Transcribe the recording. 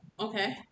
Okay